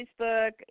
Facebook